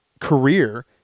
career